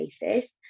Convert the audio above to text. basis